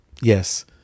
Yes